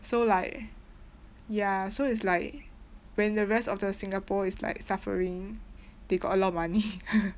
so like ya so it's like when the rest of the singapore is like suffering they got a lot of money